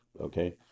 Okay